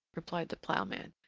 replied the ploughman,